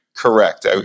Correct